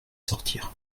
sortir